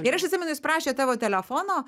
ir aš atsimenu jis prašė tavo telefono